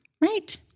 right